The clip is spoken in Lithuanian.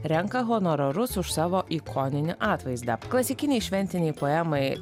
renka honorarus už savo ikoninį atvaizdą klasikiniai šventiniai poemai